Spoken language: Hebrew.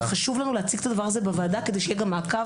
וחשוב לנו להציג את הדבר הזה בוועדה כדי שגם יהיה מעקב.